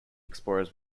explorers